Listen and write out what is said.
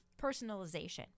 personalization